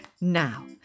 Now